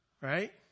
right